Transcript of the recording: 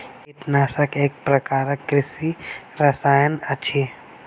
कीटनाशक एक प्रकारक कृषि रसायन अछि